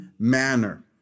Manner